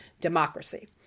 democracy